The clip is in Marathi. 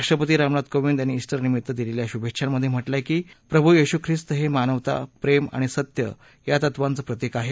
राष्ट्रपती रामनाथ कोविंद यांनी ईस्टरनिमित्त दिलेल्या शुभेच्छांमधे म्हटलंय की प्रभू येशू खिस्त हे मानवता प्रेम आणि सत्य या तत्त्वांचं प्रतीक आहे